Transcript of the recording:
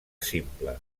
simple